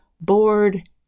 bored